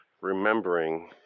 remembering